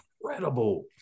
incredible